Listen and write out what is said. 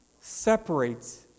separates